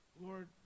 Lord